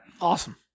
Awesome